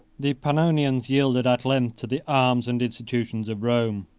the pannonians yielded at length to the arms and institutions of rome.